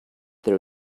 there